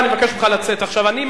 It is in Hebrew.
ואני מבקש ממך לצאת עכשיו.